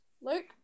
Luke